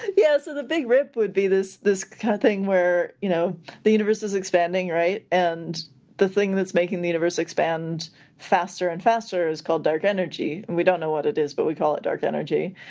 yes. the big rip would be this this kind of thing where you know the universe is expanding, right. and the thing that's making the universe expand faster and faster is called dark energy, and we don't know what it is, but we call it dark energy.